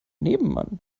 nebenmann